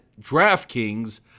DraftKings